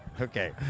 Okay